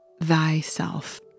thyself